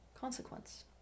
Consequence